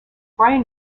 brian